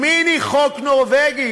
"מיני חוק נורבגי".